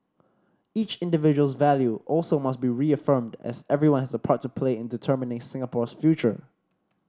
each individual's value also must be reaffirmed as everyone has a part to play in determining Singapore's future